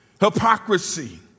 Hypocrisy